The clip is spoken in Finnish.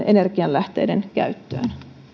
energianlähteiden käyttöön